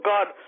God